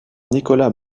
nicolas